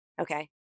Okay